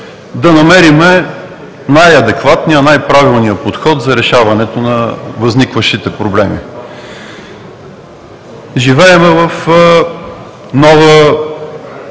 да намерим най-адекватния, най-правилния подход за решаването на възникващите проблеми. Живеем в нова